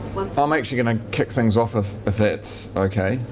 um actually going to kick things off, if if that's okay.